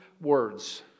words